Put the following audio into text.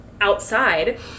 outside